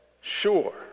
Sure